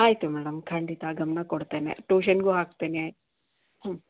ಆಯಿತು ಮೇಡಮ್ ಖಂಡಿತ ಗಮನ ಕೊಡ್ತೇನೆ ಟ್ಯೂಷನ್ಗೂ ಹಾಕ್ತೇನೆ ಹ್ಞೂ